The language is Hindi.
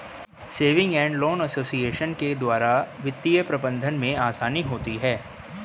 सेविंग एंड लोन एसोसिएशन के द्वारा वित्तीय प्रबंधन में आसानी होती है